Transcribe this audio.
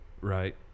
Right